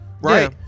right